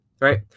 right